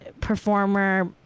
performer